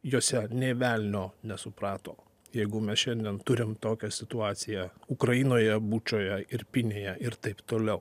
jose nė velnio nesuprato jeigu mes šiandien turim tokią situaciją ukrainoje bučoje irpinėje ir taip toliau